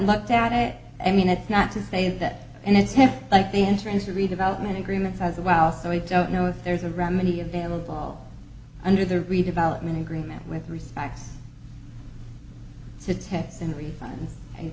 looked at it i mean that's not to say that and it's half like the entrance to redevelopment agreements as well so we don't know if there's a remedy available under the redevelopment agreement with respect to tax and refund